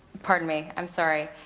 pardon me, i'm sorry,